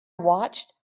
watched